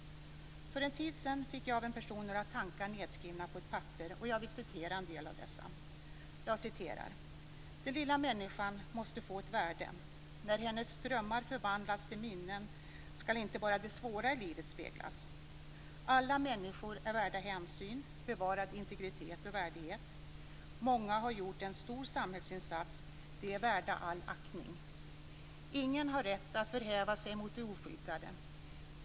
För en tid sedan fick jag av en person några tankar nedskrivna på ett papper, och jag vill citera en del av dessa: "Den lilla människan måste få ett värde. När hennes drömmar förvandlas till minnen, skall inte bara det svåra i livet speglas. Alla människor är värda hänsyn, bevarad integritet och värdighet. Många har gjort en stor samhällsinsats. De är värda all aktning. Ingen har rätt att förhäva sig mot de oskyddade.